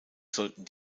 sollten